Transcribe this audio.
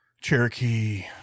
Cherokee